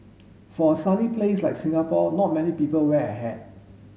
for a sunny place like Singapore not many people wear a hat